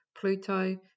Pluto